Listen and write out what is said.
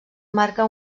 marca